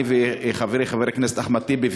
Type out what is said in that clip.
אני וחברי חבר הכנסת אחמד טיבי,